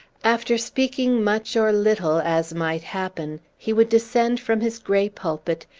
after speaking much or little, as might happen, he would descend from his gray pulpit,